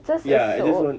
just to soak